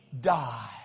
die